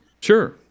Sure